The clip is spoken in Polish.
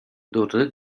durry